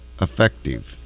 effective